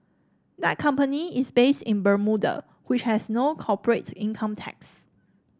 that company is based in Bermuda which has no corporate income tax